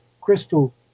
crystal